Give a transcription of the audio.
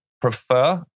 prefer